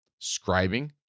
scribing